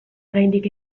oraindik